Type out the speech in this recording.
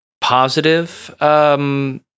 positive